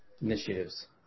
initiatives